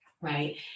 right